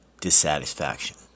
dissatisfaction